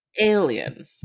Alien